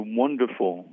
wonderful